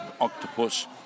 octopus